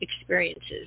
experiences